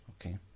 Okay